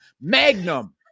Magnum